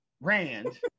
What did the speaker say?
Rand